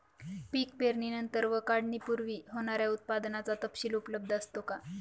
पीक पेरणीनंतर व काढणीपूर्वी होणाऱ्या उत्पादनाचा तपशील उपलब्ध असतो का?